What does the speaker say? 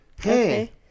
Hey